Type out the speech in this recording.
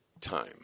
time